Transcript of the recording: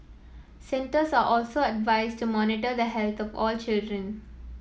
centres are also advised to monitor the health of all children